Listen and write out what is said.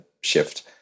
shift